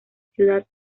ciudad